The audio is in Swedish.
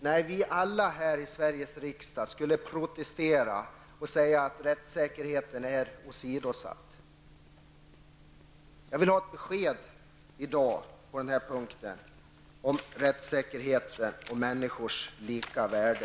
Nej, alla i Sveriges riksdag skulle protestera och säga att rättssäkerheten då åsidosattes. Jag vill ha ett besked i dag om rättssäkerheten och människors lika värde.